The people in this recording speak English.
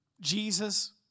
Jesus